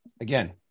again